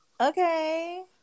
okay